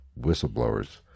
whistleblowers